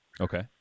okay